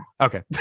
Okay